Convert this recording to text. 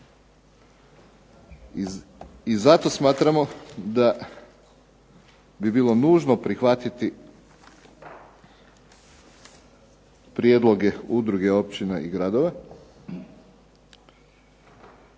I zato smatramo da bi bilo nužno prihvatiti prijedloge Udruge općina i gradova